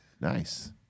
Nice